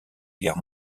guerre